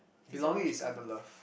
physiological need